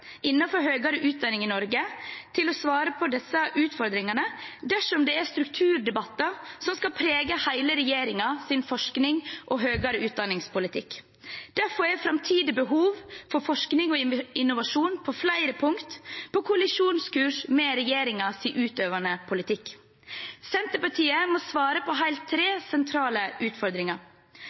utdanning i Norge som skal svare på disse utfordringene, dersom det er strukturdebatter som skal prege hele regjeringens politikk for forskning og høyere utdanning. Derfor er framtidige behov for forskning og innovasjon på flere punkter på kollisjonskurs med regjeringens utøvende politikk. Senterpartiet må svare på tre helt sentrale utfordringer: